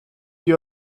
die